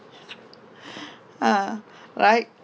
uh right